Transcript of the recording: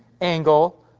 angle